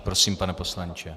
Prosím, pane poslanče.